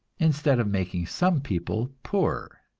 instead of making some people poorer!